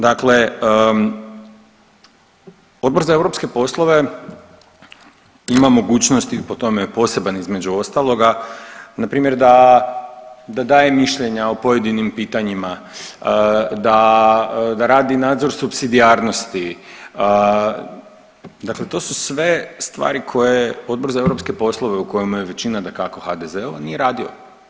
Dakle, Odbor za europske poslove ima mogućnosti po tome poseban između ostaloga na primjer da daje mišljenja o pojedinim pitanjima, da radi nadzor supsidijarnosti, dakle to su sve stvari koje Odbor za europske poslove u kojima je većina dakako HDZ-ova nije radio.